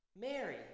Mary